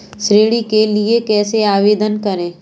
ऋण के लिए कैसे आवेदन करें?